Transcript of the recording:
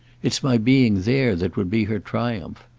it's my being there that would be her triumph.